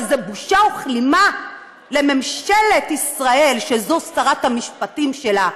וזו בושה וכלימה לממשלת ישראל שזו שרת המשפטים שלה,